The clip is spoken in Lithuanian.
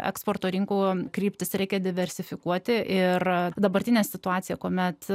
eksporto rinkų kryptis reikia diversifikuoti ir dabartinė situacija kuomet